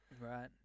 Right